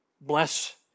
bless